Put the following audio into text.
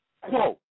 Quote